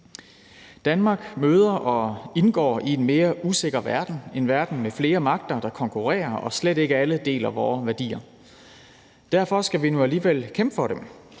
Danmark møder og indgår i en mere usikker verden. Det er en verden med flere magter, der konkurrerer og slet ikke alle deler vore værdier. Derfor skal vi nu alligevel kæmpe for dem,